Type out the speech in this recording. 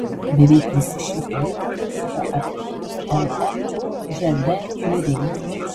beveik visi šie politikai yra aktyvūs lmžd nariai